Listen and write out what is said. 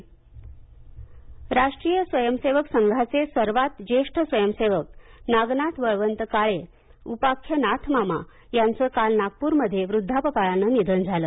काळे निधन राष्ट्रीय स्वयंसेवक संघाचे सर्वात ज्येष्ठ स्वयंसेवक नागनाथ बळवंत काळे उपाख्य नाथमामा यांचं काल नागप्रमध्ये वृद्धापकाळानं निधन झालं